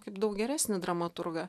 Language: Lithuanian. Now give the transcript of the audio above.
kaip daug geresnį dramaturgą